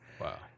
Wow